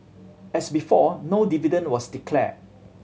as before no dividend was declared